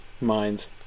minds